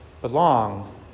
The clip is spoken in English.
Belong